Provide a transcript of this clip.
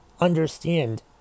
understand